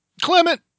Clement